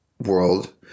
world